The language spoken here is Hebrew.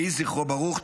יהי זכרו ברוך.